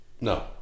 No